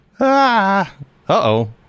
Uh-oh